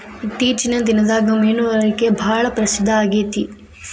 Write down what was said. ಇತ್ತೇಚಿನ ದಿನದಾಗ ಮೇನುಗಾರಿಕೆ ಭಾಳ ಪ್ರಸಿದ್ದ ಆಗೇತಿ